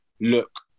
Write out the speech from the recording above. look